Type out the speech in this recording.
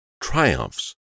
triumphs